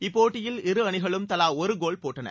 இப்போட்டியில் இரு அணிகளும் தலா ஒரு கோல் போட்டன